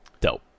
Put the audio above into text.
Dope